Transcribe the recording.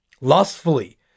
Lustfully